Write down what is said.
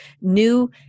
new